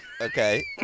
okay